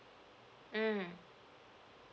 mm